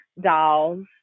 Dolls